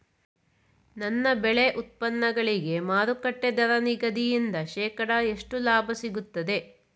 ನನ್ನ ಬೆಳೆ ಉತ್ಪನ್ನಗಳಿಗೆ ಮಾರುಕಟ್ಟೆ ದರ ನಿಗದಿಯಿಂದ ಶೇಕಡಾ ಎಷ್ಟು ಲಾಭ ಸಿಗುತ್ತದೆ?